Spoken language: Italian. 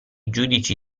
giudici